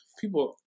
people